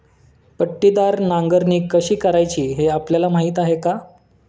पट्टीदार नांगरणी कशी करायची हे आपल्याला माहीत आहे का?